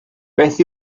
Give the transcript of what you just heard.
beth